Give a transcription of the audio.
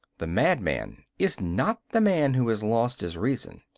the madman is not the man who has lost his reason.